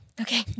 Okay